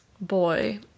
boy